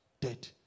dead